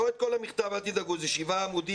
לא את כל המכתב, אל תדאגו, זה שבעה עמודים.